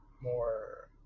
more